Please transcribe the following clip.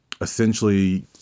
essentially